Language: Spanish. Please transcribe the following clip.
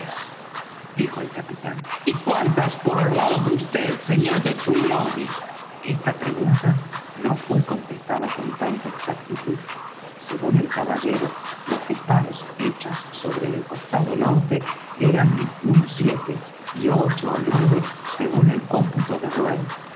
dijo el capitán y cuántas por el lado de vd sr de trelawney esta pregunta no fué contestada con tanta exactitud según el caballero los disparos hechos sobre el costado norte eran unos siete y ocho ó nueve según el cómputo de